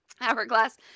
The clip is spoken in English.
Hourglass